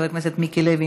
חבר הכנסת מיקי לוי,